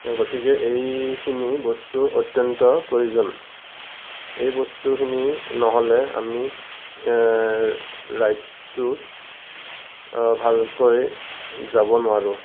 গতিকে এইখিনি বস্তু অত্যন্ত প্ৰয়োজন এই বস্তুখিনি নহ'লে আমি ৰাইডটোত ভালকৈ যাব নোৱাৰোঁ